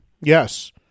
Yes